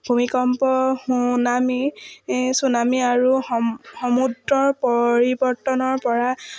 ভূমিকম্প tsunami tsunami আৰু সমুদ্ৰৰ পৰিৱৰ্তনৰপৰা